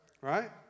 Right